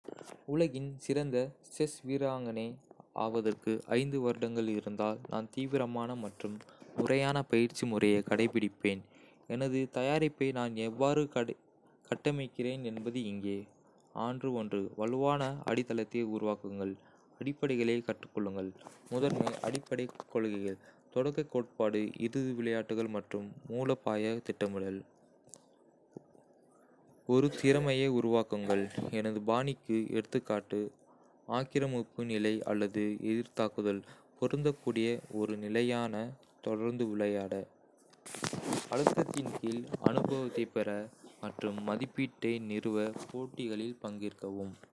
உலகின் சிறந்த செஸ் வீராங்கனை ஆவதற்கு ஐந்து வருடங்கள் இருந்தால், நான் தீவிரமான மற்றும் முறையான பயிற்சி முறையைக் கடைப்பிடிப்பேன். எனது தயாரிப்பை நான் எவ்வாறு கட்டமைக்கிறேன் என்பது இங்கே. ஆண்டு: வலுவான அடித்தளத்தை உருவாக்குங்கள். அடிப்படைகளைக் கற்றுக்கொள்ளுங்கள். முதன்மை அடிப்படைக் கொள்கைகள் தொடக்கக் கோட்பாடு, இறுதி விளையாட்டுகள் மற்றும் மூலோபாய திட்டமிடல். எனது பாணிக்கு எ.கா., ஆக்கிரமிப்பு, நிலை அல்லது எதிர்த்தாக்குதல் பொருந்தக்கூடிய ஒரு நிலையான தொடக்கத் தொகுப்பை உருவாக்குங்கள். தொடர்ந்து விளையாட. அழுத்தத்தின் கீழ் அனுபவத்தைப் பெற மற்றும் மதிப்பீட்டை நிறுவ போட்டிகளில் பங்கேற்கவும்.